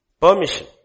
permission